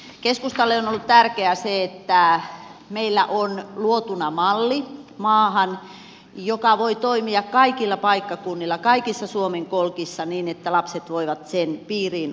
keskustalle on ollut tärkeää se että meillä on luotuna maahan malli joka voi toimia kaikilla paikkakunnilla kaikissa suomen kolkissa niin että lapset voivat sen piiriin osallistua